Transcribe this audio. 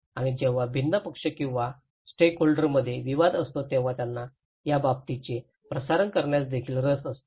आणि जेव्हा भिन्न पक्ष किंवा स्टेकहोल्डर मध्ये विवाद असतो तेव्हा त्यांना त्या बातमीचे प्रसारण करण्यास देखील रस असतो